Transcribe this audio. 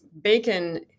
Bacon